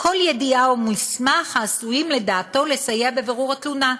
כל ידיעה או מסמך העשויים לדעתו לסייע בבירור התלונה,